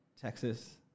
Texas